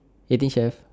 eighteen chef